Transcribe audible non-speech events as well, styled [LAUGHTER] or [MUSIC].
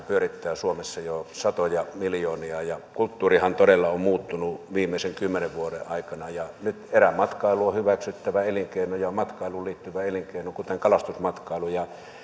[UNINTELLIGIBLE] pyörittää suomessa jo satoja miljoonia kulttuurihan todella on muuttunut viimeisten kymmenen vuoden aikana ja nyt erämatkailu on hyväksyttävä matkailuun liittyvä elinkeino kuten kalastusmatkailu